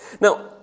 Now